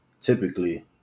typically